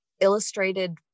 illustrated